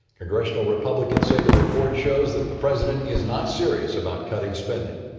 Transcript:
congressional republicans say the report shows that the president is not serious about cutting spending.